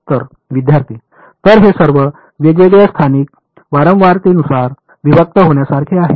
विद्यार्थीः तर हे सर्व वेगवेगळ्या स्थानिक वारंवारतेनुसार विभक्त होण्यासारखे आहे